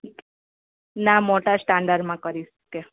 ના મોટા સ્ટાન્ડર્ડમાં કરીશ કે